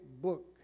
book